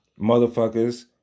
motherfuckers